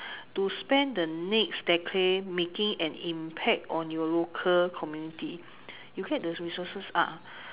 to spend the next decade making an impact on your local community you get the resources ah